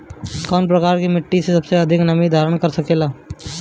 कौन प्रकार की मिट्टी सबसे अधिक नमी धारण कर सकेला?